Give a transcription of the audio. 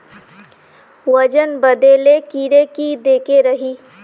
वजन बढे ले कीड़े की देके रहे?